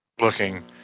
looking